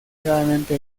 gravemente